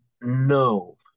no